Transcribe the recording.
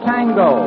Tango